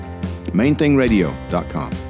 MainThingRadio.com